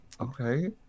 okay